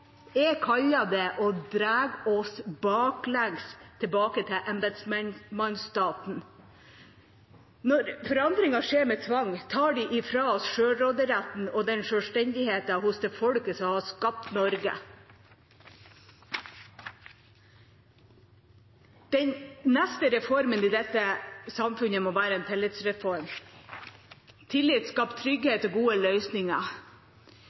jeg kaller det å dra oss baklengs tilbake til embetsmannsstaten. Når forandringen skjer med tvang, tar de fra oss selvråderetten og selvstendigheten hos det folket som har skapt Norge. Den neste reformen i dette samfunnet må være en tillitsreform. Tillit skaper trygghet og gode løsninger.